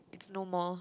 it's no more